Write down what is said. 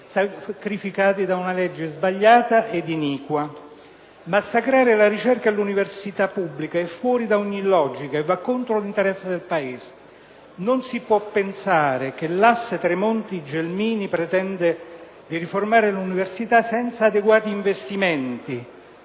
sacrificati da una legge sbagliata e iniqua. Massacrare la ricerca e l'università pubblica è fuori da ogni logica e va contro l'interesse del Paese. Non si può pensare che l'asse Tremonti-Gelmini pretenda di riformare l'università senza adeguati investimenti